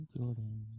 Jordan